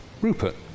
Rupert